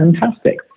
fantastic